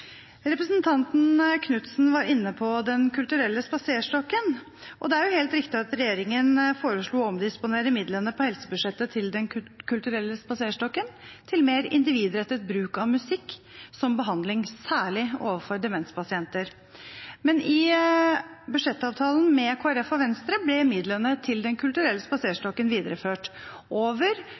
Representanten Knutsen var inne på Den kulturelle spaserstokken. Det er jo helt riktig at regjeringen foreslo å omdisponere midlene på helsebudsjettet til Den kulturelle spaserstokken, til mer individrettet bruk av musikk som behandling, særlig overfor demenspasienter. Men i budsjettavtalen med Kristelig Folkeparti og Venstre ble midlene til Den kulturelle spaserstokken videreført over